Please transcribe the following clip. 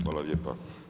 Hvala lijepa.